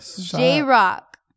J-Rock